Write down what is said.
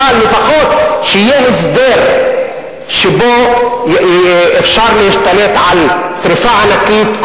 אבל לפחות שיהיה הסדר שבו אפשר להשתלט על שרפה ענקית,